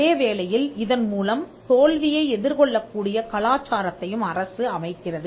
அதேவேளையில் இதன்மூலம் தோல்வியை எதிர்கொள்ளக்கூடிய கலாச்சாரத்தையும் அரசு அமைக்கிறது